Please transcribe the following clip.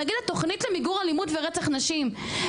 נגיד תוכנית למיגור אלימות ורצח נשים,